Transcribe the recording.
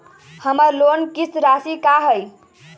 हमर लोन किस्त राशि का हई?